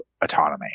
autonomy